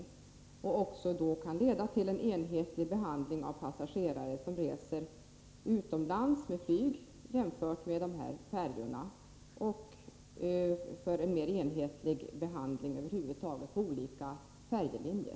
Jag tror att det också kan leda till en enhetlig behandling av passagerare som reser utomlands, oavsett om de använder sig av flyg eller färja, liksom också till en mer enhetlig behandling över huvud taget när det gäller olika färjelinjer.